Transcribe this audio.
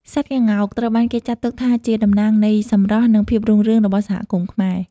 សត្វក្ងោក ត្រូវបានគេចាត់ទុកថាជាតំណាងនៃសម្រស់ និងភាពរុងរឿងរបស់សហគមន៍ខ្មែរ។